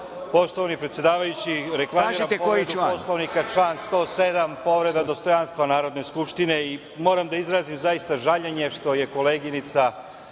Poštovani predsedavajući, reklamiram povredu Poslovnika, član 107 – povreda dostojanstva Narodne skupštine. Moram da izrazim, zaista, žaljenje što je koleginica